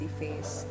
face